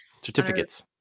certificates